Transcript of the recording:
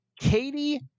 Katie